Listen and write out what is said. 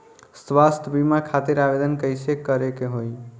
स्वास्थ्य बीमा खातिर आवेदन कइसे करे के होई?